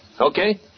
Okay